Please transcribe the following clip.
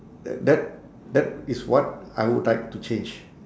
th~ that that is what I would like to change